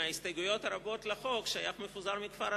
מההסתייגויות הרבות לחוק שייך המפוזר מכפר אז"ר.